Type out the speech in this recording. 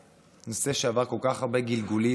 זה נושא שעבר כל כך הרבה גלגולים,